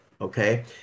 Okay